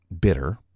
bitter